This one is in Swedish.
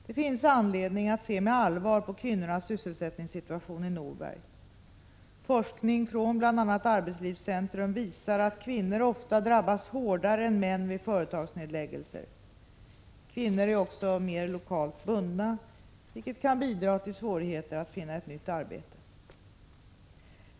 Det finns anledning att se med allvar på kvinnornas sysselsättningssituation i Norberg. Forskning av bl.a. Arbetslivscentrum visar att kvinnor ofta drabbas hårdare än män vid företagsnedläggelser. Kvinnor är också mer lokalt bundna, vilket kan bidra till svårigheter att finna ett nytt arbete.